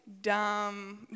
dumb